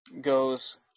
goes